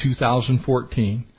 2014